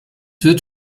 wird